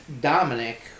Dominic